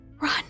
Run